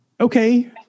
Okay